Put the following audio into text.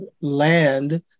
Land